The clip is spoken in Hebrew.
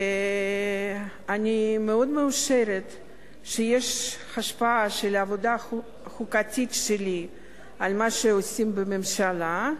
אני מאוד מאושרת שיש השפעה של העבודה החוקתית שלי על מה שעושים בממשלה.